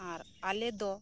ᱟᱨ ᱟᱞᱮᱫᱚ